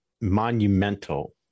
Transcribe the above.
monumental